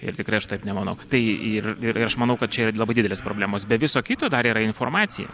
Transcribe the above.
ir tikrai aš taip nemanau tai ir ir aš manau kad čia yra labai didelės problemos be viso kito dar yra informacija